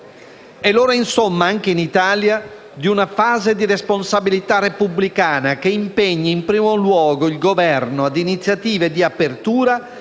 È l'ora insomma, anche in Italia, di una fase di responsabilità repubblicana, che impegni in primo luogo il Governo ad iniziative di apertura